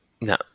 No